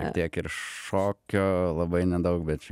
tiek ir šokio labai nedaug bet